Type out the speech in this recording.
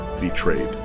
Betrayed